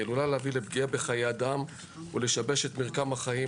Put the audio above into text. היא עלולה להביא לפגיעה בחיי אדם ולשבש את מרקם החיים,